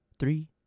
Three